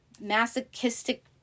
masochistic